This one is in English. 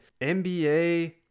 NBA